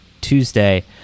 Tuesday